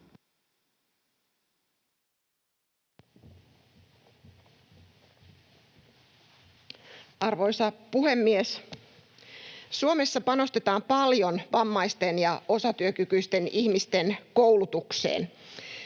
Arvoisa puhemies! Suomessa panostetaan paljon vammaisten ja osatyökykyisten ihmisten koulutukseen.